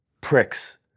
pricks